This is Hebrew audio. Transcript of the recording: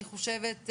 אני חושבת,